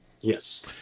Yes